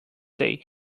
day